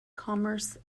commerce